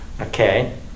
okay